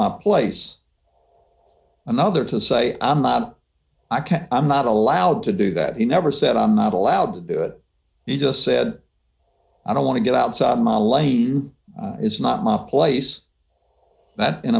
my place another to say i can't i'm not allowed to do that he never said i'm not allowed to do it he just said i don't want to get outside my lady is not my place that in